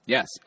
Yes